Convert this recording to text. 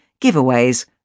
giveaways